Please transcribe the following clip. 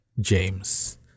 James